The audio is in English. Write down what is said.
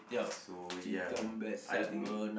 so ya I think